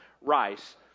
rice